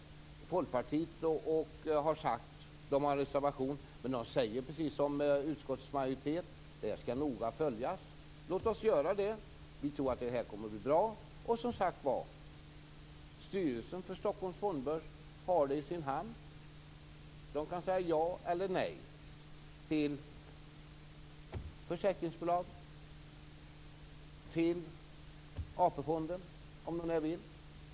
Folkpartiet har en reservation, men säger precis som utskottets majoritet att detta noggrant skall följas. Därför tycker vi att det finns goda skäl att göra det. Vi tror att detta kommer att bli bra. Som sagt var har styrelsen för Stockholms Fondbörs detta i sin hand. Den kan säga ja eller nej till försäkringsbolag och till AP-fonden om den så vill.